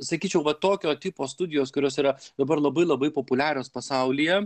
sakyčiau va tokio tipo studijos kurios yra dabar labai labai populiarios pasaulyje